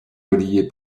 reliée